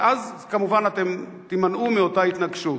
ואז אתם כמובן אתם תימנעו מאותה התנגשות.